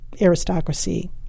aristocracy